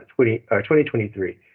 2023